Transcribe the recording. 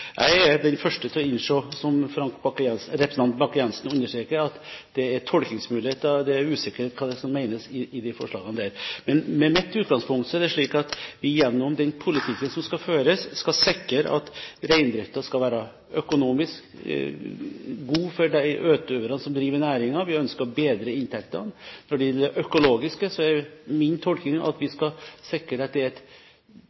Jeg er den første til å innse, som representanten Bakke-Jensen understreker, at det er tolkningsmuligheter, og at det er usikkerhet om hva som menes med de forslagene. Men mitt utgangspunkt er at man gjennom den politikken som føres, skal sikre at reindriften skal være økonomisk god for de utøverne som driver i næringen. Vi ønsker å bedre inntektene. Når det gjelder det økologiske, er min tolking at vi